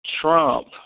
Trump